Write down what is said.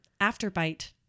Afterbite